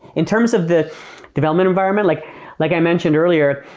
in terms of the development environment, like like i mentioned earlier,